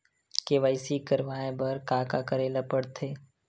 KYC करवाय बर का का करे ल पड़थे?